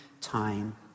time